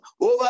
over